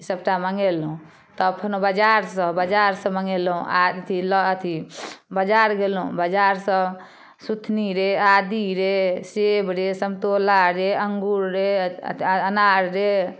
ई सबटा मङ्गेलहुँ तब फेनो बजारसँ बजारसँ मङ्गेलहुँ आओर अथी लए अथी बजार गेलहुँ बजारसँ सूथनी रे आदी रे सेब रे समतोला रे अङ्गूर रे अथी अनार रे